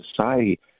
society